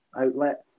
outlet